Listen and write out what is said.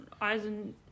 Eisen